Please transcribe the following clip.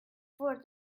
for